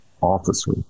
officer